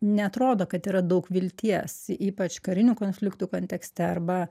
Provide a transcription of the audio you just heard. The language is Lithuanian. neatrodo kad yra daug vilties ypač karinių konfliktų kontekste arba